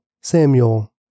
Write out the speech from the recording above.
Samuel